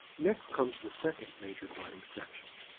next comes the second major body section.